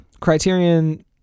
Criterion